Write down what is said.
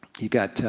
you got